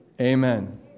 Amen